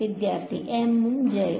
വിദ്യാർത്ഥി M ഉം J ഉം